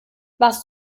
warst